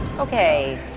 Okay